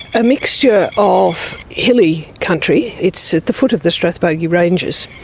a mixture of hilly country, it's at the foot of the strathbogie ranges,